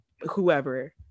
whoever